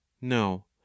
no